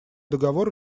договор